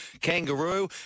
kangaroo